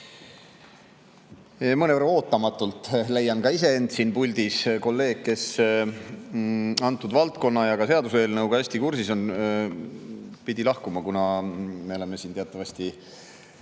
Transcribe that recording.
Mõnevõrra ootamatult leian ka iseend siit puldist. Kolleeg, kes selle valdkonna ja ka seaduseelnõuga hästi kursis on, pidi lahkuma, kuna me oleme siin teatavasti